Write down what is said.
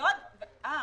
אה,